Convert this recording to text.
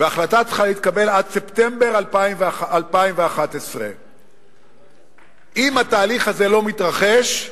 והחלטה צריכה להתקבל עד ספטמבר 2011. אם התהליך הזה לא מתרחש,